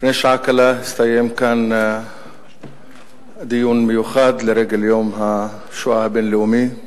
לפני שעה קלה הסתיים כאן דיון מיוחד לרגל יום השואה הבין-לאומי.